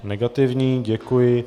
Negativní, děkuji.